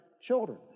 children